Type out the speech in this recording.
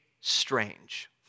strange